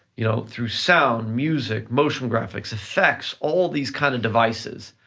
you know through sound, music, motion graphics, effects, all these kind of devices,